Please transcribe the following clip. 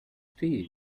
steel